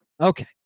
Okay